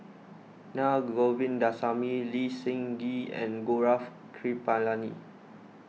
Na Govindasamy Lee Seng Gee and Gaurav Kripalani